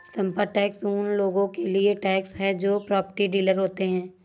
संपत्ति टैक्स उन लोगों के लिए टैक्स है जो प्रॉपर्टी डीलर होते हैं